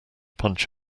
punch